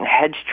hedge